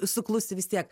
suklusti vis tiek